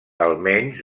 almenys